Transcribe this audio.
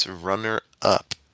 runner-up